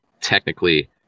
technically